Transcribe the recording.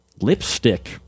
lipstick